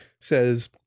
says